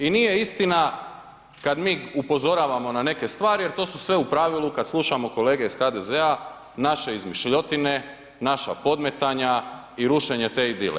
I nije istina kada mi upozoravamo na neke stvari jer to su sve u pravilu kada slušamo kolege iz HDZ-a naše izmišljotine, naša podmetanja i rušenja te idile.